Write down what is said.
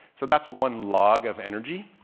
so that's one log of energy.